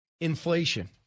inflation